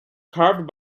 carved